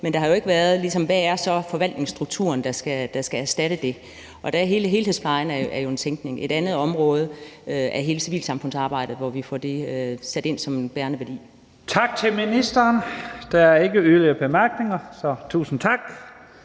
men der har jo ikke været noget om, hvad forvaltningsstrukturen, der skal erstatte det, er, og der er hele helhedsplejen jo et område. Et andet område er hele civilsamfundsarbejdet, hvor vi får det sat ind som en bærende værdi. Kl. 12:24 Første næstformand (Leif Lahn Jensen): Tak